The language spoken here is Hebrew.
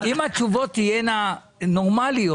אם התשובות תהיינה נורמליות